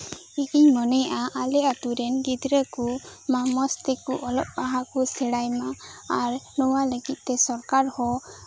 ᱤᱧ ᱢᱚᱱᱮᱭᱟ ᱟᱞᱮ ᱟᱛᱳ ᱨᱮᱱ ᱜᱤᱫᱽᱨᱟᱹ ᱠᱚ ᱢᱚᱸᱡᱽ ᱛᱮᱠᱚ ᱚᱞᱚᱜ ᱯᱟᱲᱦᱟᱜ ᱠᱚ ᱥᱮᱬᱟᱭ ᱢᱟ ᱟᱨ ᱱᱚᱶᱟ ᱞᱟᱹᱜᱤᱫᱛᱮ ᱥᱚᱨᱠᱟᱨ ᱦᱚ